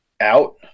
out